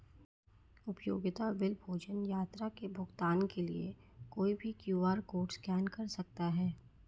उपयोगिता बिल, भोजन, यात्रा के भुगतान के लिए कोई भी क्यू.आर कोड स्कैन कर सकता है